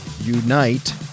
unite